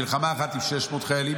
מלחמה אחת עם 600 חיילים,